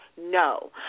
No